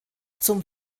zum